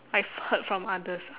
I've heard from others